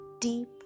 deep